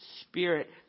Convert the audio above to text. Spirit